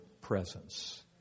presence